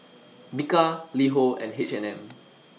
Bika LiHo and H and M